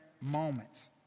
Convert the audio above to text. moments